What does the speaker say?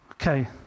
Okay